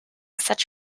such